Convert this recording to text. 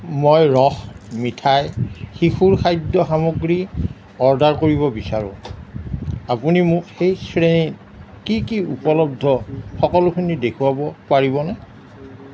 মই ৰস মিঠাই শিশুৰ খাদ্যসামগ্ৰী অ'ৰ্ডাৰ কৰিব বিচাৰোঁ আপুনি মোক সেই শ্ৰেণীত কি কি উপলব্ধ সকলোখিনি দেখুৱাব পাৰিবনে